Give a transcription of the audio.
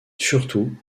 surtout